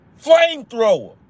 Flamethrower